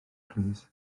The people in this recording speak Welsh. plîs